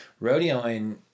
rodeoing